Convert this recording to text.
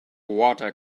water